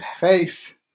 face